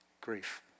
Grief